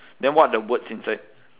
then what are the words inside